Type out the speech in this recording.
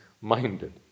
Minded